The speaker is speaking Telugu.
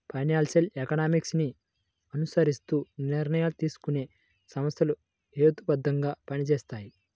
ఫైనాన్షియల్ ఎకనామిక్స్ ని అనుసరిస్తూ నిర్ణయాలు తీసుకునే సంస్థలు హేతుబద్ధంగా పనిచేస్తాయి